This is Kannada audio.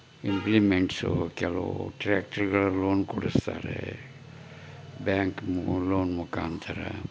ಇಂಪ್ಲಿಮೆಂಟ್ಸು ಕೆಲವು ಟ್ಯಾಕ್ಟ್ರಿಗಳ ಲೋನ್ ಕೊಡಿಸ್ತಾರೆ ಬ್ಯಾಂಕ್ ಲೋನ್ ಮುಖಾಂತರ